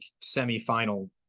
semi-final